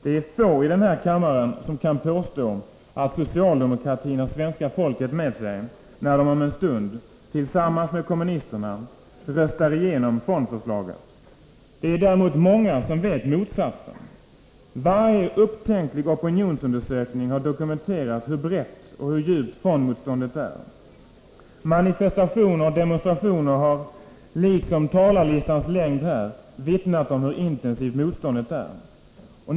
Det är få i den här kammaren som kan påstå att socialdemokratin har svenska folket med sig när den om en stund, tillsammans med kommunisterna, röstar igenom fondförslaget. Det är däremot många som vet motsatsen. Varje upptänklig opinionsundersökning har dokumenterat hur brett och hur djupt fondmotståndet är. Manifestatio ner och demonstrationer har, liksom talarlistans längd här, vittnat om hur intensivt motståndet är.